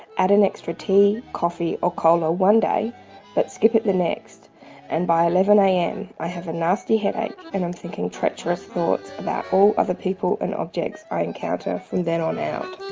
add an extra tea, coffee or cola one day but skip it the next and by eleven am i have a nasty headache and i'm thinking treacherous thoughts about all other people and objects i encounter from then on out.